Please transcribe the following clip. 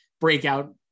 breakout